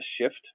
shift